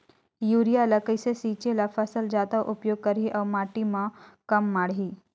Urea ल कइसे छीचे ल फसल जादा उपयोग करही अउ माटी म कम माढ़ही?